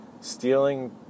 stealing